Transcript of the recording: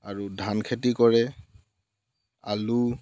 আৰু ধান খেতি কৰে আলু